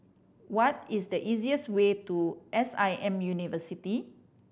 what is the easiest way to S I M University